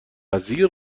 وزیر